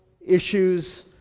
issues